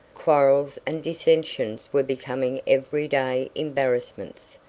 quarrels and dissensions were becoming every-day embarrassments,